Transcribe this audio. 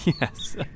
yes